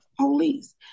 police